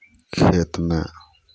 खेतमे